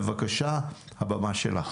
בבקשה, הבמה שלך.